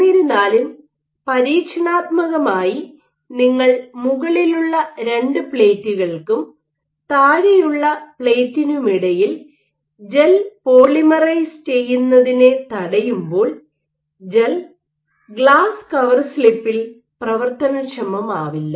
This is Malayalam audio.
എന്നിരുന്നാലും പരീക്ഷണാത്മകമായി നിങ്ങൾ മുകളിലുള്ള രണ്ട് പ്ലേറ്റുകൾക്കും താഴെയുള്ള പ്ലേറ്റിനുമിടയിൽ ജെൽ പോളിമറൈസ് ചെയ്യുന്നതിനെ തടയുമ്പോൾ ജെൽ ഗ്ലാസ് കവർസ്ലിപ്പിൽ പ്രവർത്തനക്ഷമമാവില്ല